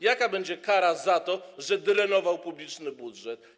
Jaka będzie kara za to, że drenował publiczny budżet?